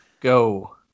go